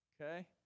Okay